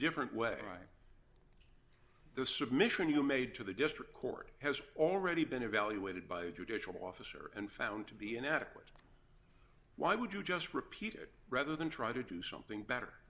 different way right the submission you made to the district court has already been evaluated by a judicial officer and found to be inadequate why would you just repeat it rather than try to do something better